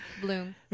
bloom